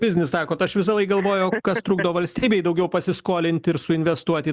biznis sakot aš visąlaik galvojau kas trukdo valstybei daugiau pasiskolinti ir suinvestuoti į